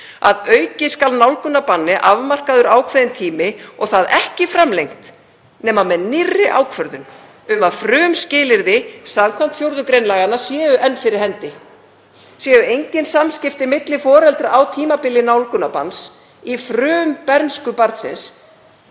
Að auki skal nálgunarbanni afmarkaður ákveðinn tími og það ekki framlengt nema með nýrri ákvörðun um að frumskilyrði samkvæmt 4. gr. laganna séu enn fyrir hendi. Séu engin samskipti milli foreldra á tímabili nálgunarbanns í frumbernsku barnsins